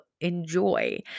enjoy